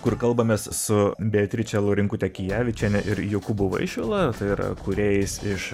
kur kalbamės su beatriče laurinkute kijavičiene ir jokūbu vaišvila tai yra kūrėjais iš